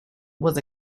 was